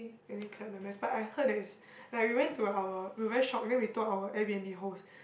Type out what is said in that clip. and then clear up the mess but I heard that it's like we went to our we very shocked then we told our air-b_n_b host